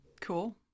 Cool